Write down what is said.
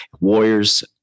Warriors